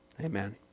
Amen